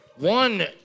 One